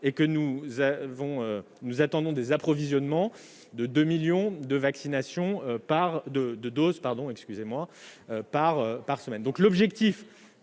et nous attendons des approvisionnements de 2 millions de doses par semaine.